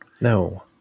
No